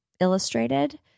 illustrated